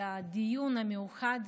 על הדיון המיוחד,